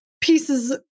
pieces